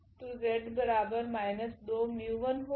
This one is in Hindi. तो z 2 𝜇1 होगा